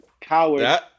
Coward